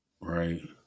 right